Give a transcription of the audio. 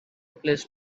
place